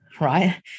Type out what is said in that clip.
right